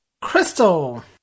Crystal